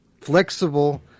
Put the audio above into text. flexible